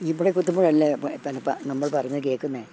ഇവിടെ കുത്തുമ്പോഴല്ലേ നമ്മൾ പറഞ്ഞു കേൾക്കുന്നത്